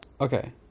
Okay